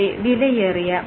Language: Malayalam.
നിങ്ങളുടെ വിലയേറിയ